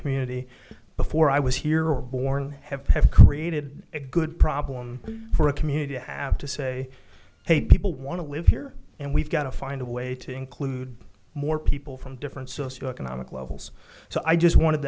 community before i was here or born have have created a good problem for a community to have to say hey people want to live here and we've got to find a way to include more people from different socioeconomic levels so i just wanted